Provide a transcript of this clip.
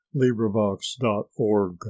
LibriVox.org